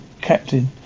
captain